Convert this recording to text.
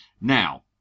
Now